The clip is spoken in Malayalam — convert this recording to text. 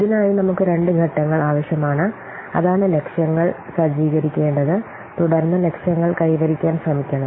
ഇതിനായി നമുക്ക് രണ്ട് ഘട്ടങ്ങൾ ആവശ്യമാണ് അതാണ് ലക്ഷ്യങ്ങൾ സജ്ജീകരിക്കേണ്ടത് തുടർന്ന് ലക്ഷ്യങ്ങൾ കൈവരിക്കാൻ ശ്രമിക്കണം